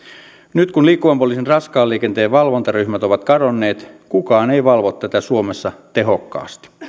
nyt kun liikkuvan poliisin raskaan liikenteen valvontaryhmät ovat kadonneet kukaan ei valvo tätä suomessa tehokkaasti